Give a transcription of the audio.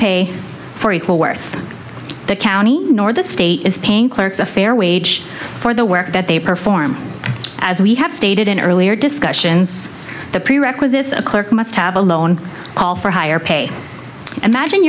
pay for equal worth the county nor the state is paying clerks a fair wage for the work that they perform as we have stated in earlier discussions the prerequisite is a clerk must have a lone call for higher pay imagine